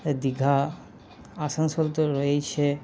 দীঘা আসানসোল তো রয়েইছে